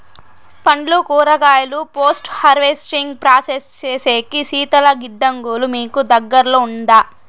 పండ్లు కూరగాయలు post harvesting process సేసేకి శీతల గిడ్డంగులు మీకు దగ్గర్లో ఉందా?